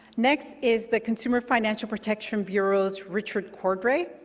next is the consumer financial protection bureau's richard cordray.